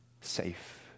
safe